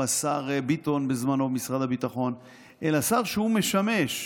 או השר ביטון בזמנו במשרד הביטחון, אלא שר שמשמש